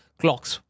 clocks